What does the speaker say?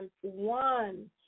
one